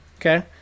Okay